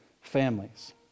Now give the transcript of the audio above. families